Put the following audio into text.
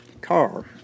car